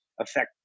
affect